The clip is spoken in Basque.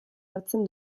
hartzen